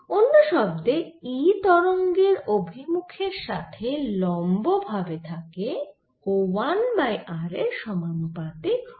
অন্য শব্দে E তরঙ্গের গতিমুখের সাথে লম্ব ভাবে থাকে ও 1 বাই r এর সমানুপাতিক হয়